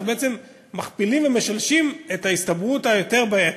אנחנו מכפילים ומשלשים את ההסתברות היותר-בעייתית,